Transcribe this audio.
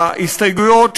ההסתייגויות שלנו,